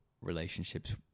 relationships